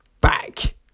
back